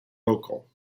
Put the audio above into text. local